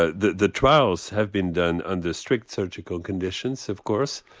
ah the the trials have been done under strict surgical conditions of course.